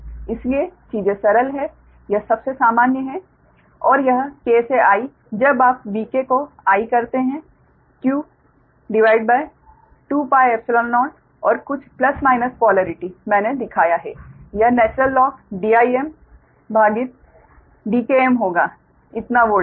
इसलिए चीजें सरल हैं यह सबसे सामान्य है और यह k से I जब आप Vk को i करते हैं q भागित 2πϵ0 और कुछ प्लस माइनस पोलरिटी मैंने दिखाया है यह नैचुरल लोग Dim भागित Dkm होगा इतना वोल्ट का